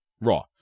Raw